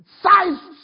size